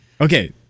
Okay